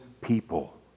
people